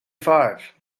five